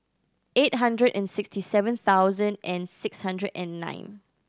eight hundred and sixty seven thousand and six hundred and nine